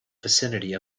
vicinity